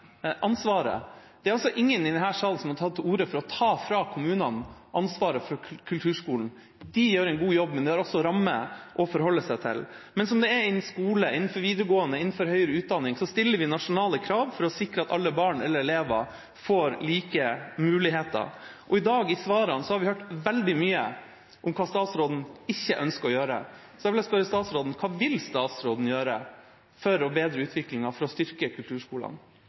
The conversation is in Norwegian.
ansvaret. Det er ingen i denne salen som har tatt til orde for å ta fra kommunene ansvaret for kulturskolen. De gjør en god jobb, men de har også rammer å forholde seg til. Men som det er innenfor skolen – innenfor videregående, innenfor høyere utdanning – stiller vi nasjonale krav for å sikre at alle elever får like muligheter. I svarene i dag har vi hørt veldig mye om hva statsråden ikke ønsker å gjøre. Så jeg vil spørre statsråden: Hva vil statsråden gjøre for å bedre utviklingen for å styrke kulturskolene?